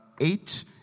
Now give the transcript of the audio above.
Eight